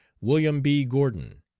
william b. gordon,